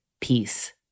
peace